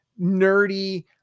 nerdy